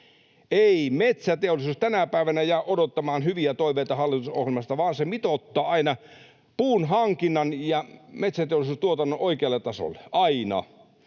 Ei metsäteollisuus tänä päivänä jää odottamaan hyviä toiveita hallitusohjelmasta, vaan se mitoittaa aina puun hankinnan ja metsäteollisuuden tuotannon oikealle tasolle — aina.